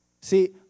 See